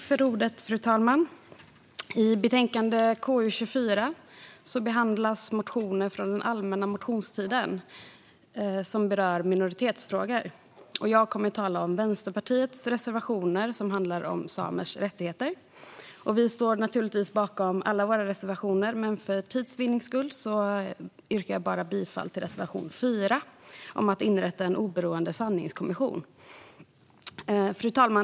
Fru talman! I betänkandet KU24 behandlas motioner från den allmänna motionstiden som berör minoritetsfrågor. Jag kommer att tala om Vänsterpartiets reservationer som handlar om samers rättigheter. Vi står naturligtvis bakom alla våra reservationer, men för tids vinnande yrkar jag bifall endast till reservation 4 om att inrätta en oberoende sanningskommission. Fru talman!